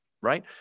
right